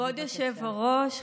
פשוט עברת ככה.